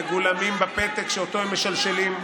מגולמות בפתק שאותו הם משלשלים.